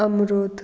अमरूत